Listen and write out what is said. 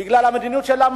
בגלל המדיניות שלה,